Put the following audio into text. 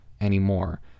anymore